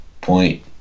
point